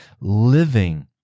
living